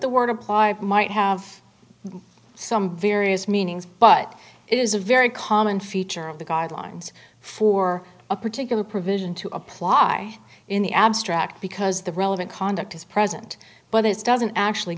the word apply might have some various meanings but it is a very common feature of the guidelines for a particular provision to apply in the abstract because the relevant conduct is present but it doesn't actually